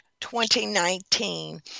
2019